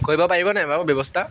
কৰিব পাৰিব নাই বাৰু ব্যৱস্থা